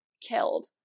killed